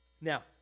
Now